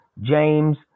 James